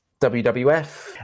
WWF